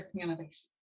communities